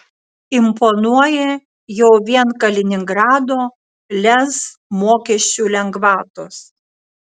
imponuoja jau vien kaliningrado lez mokesčių lengvatos